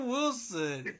Wilson